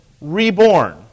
reborn